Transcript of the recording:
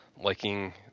liking